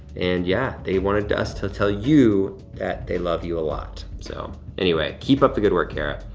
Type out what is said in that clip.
and yeah they wanted us to tell you that they love you a lot. so, anyway, keep up the good work, cara.